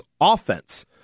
offense